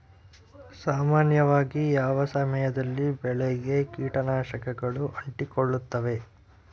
ಸಾಮಾನ್ಯವಾಗಿ ಯಾವ ಸಮಯದಲ್ಲಿ ಬೆಳೆಗೆ ಕೇಟನಾಶಕಗಳು ಅಂಟಿಕೊಳ್ಳುತ್ತವೆ?